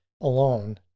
alone